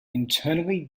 internally